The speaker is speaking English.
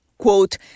Quote